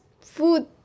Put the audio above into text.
food